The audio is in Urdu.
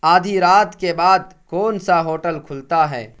آدھی رات کے بعد کون سا ہوٹل کھلتا ہے